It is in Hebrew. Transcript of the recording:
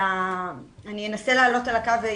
אני אנסה להעלות על הקו,